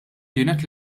kienet